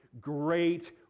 great